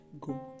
Go